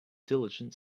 diligent